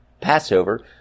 Passover